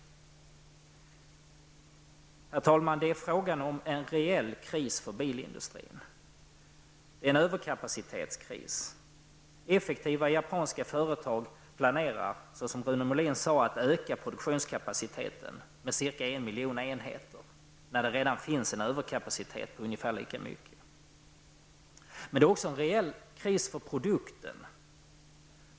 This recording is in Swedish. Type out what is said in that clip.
Herr talman! Det är fråga om en reell kris för bilindustrin, en överkapacitetskris. Effektiva japanska företag planerar, som också Rune Molin sade, att öka produktionskapaciteten med cirka en miljon enheter, trots att det redan finns en lika stor överkapacitet. Det är emellertid också en reell kris för produkten i fråga.